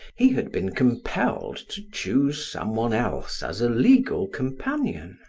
he had been compelled to choose some one else as a legal companion.